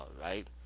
right